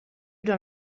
dans